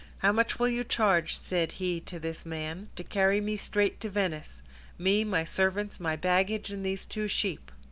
how much will you charge, said he to this man, to carry me straight to venice me, my servants, my baggage, and these two sheep?